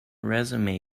resume